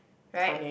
right